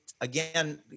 again